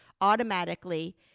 automatically